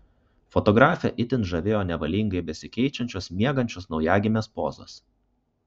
fotografę itin žavėjo nevalingai besikeičiančios miegančios naujagimės pozos